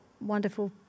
wonderful